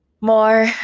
more